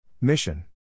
Mission